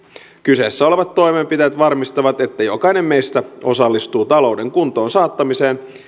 kyseessä olevat toimenpiteet varmistavat että jokainen meistä osallistuu talouden kuntoon saattamiseen